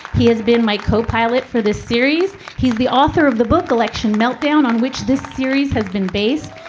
he has been my co-pilot for this series. he's the author of the book election meltdown, on which this series has been based.